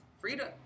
freedom